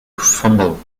fumble